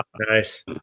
nice